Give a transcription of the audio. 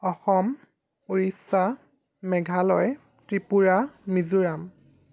Assam Odisha Meghalaya Tripura Mizoram